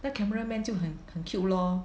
那 camera man 就很很 cute lor